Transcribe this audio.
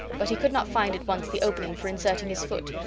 but he could not find at once the opening for inserting his foot.